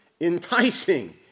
enticing